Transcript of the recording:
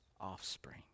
offspring